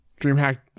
Dreamhack